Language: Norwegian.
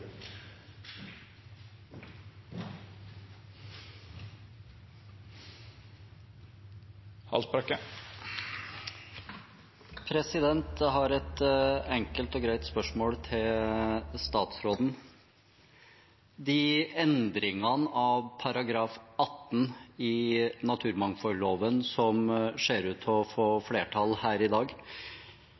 et enkelt og greit spørsmål til statsråden: De endringene av § 18 i naturmangfoldloven som ser ut til å få flertall her i dag,